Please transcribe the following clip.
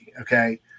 okay